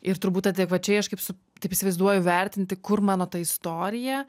ir turbūt adekvačiai aš kaip su taip įsivaizduoju vertinti kur mano ta istorija